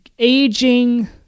Aging